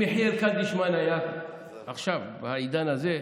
אם מנשה קדישמן היה פה עכשיו, בעידן הזה,